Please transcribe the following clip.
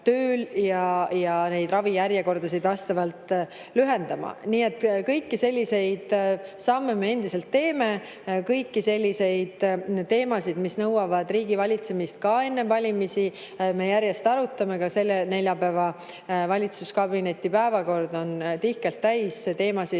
ja ravijärjekordasid vastavalt lühendama. Kõiki selliseid samme me endiselt teeme. Kõiki selliseid teemasid, mis nõuavad riigivalitsemist ka enne valimisi, me järjest arutame. Ka selle neljapäeva valitsuskabineti päevakord on tihkelt täis teemasid